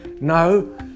No